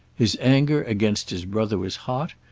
his anger against his brother was hot,